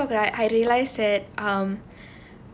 oh ya for TikTok right I realise that um